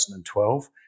2012